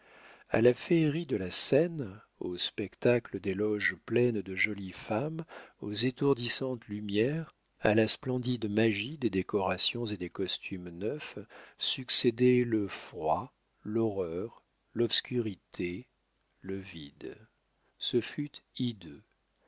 a la féerie de la scène au spectacle des loges pleines de jolies femmes aux étourdissantes lumières à la splendide magie des décorations et des costumes neufs succédaient le froid l'horreur l'obscurité le vide ce fut hideux